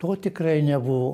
to tikrai nebuvo